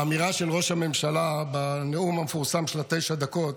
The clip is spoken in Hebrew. האמירה של ראש הממשלה בנאום המפורסם של תשע הדקות,